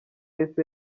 yahise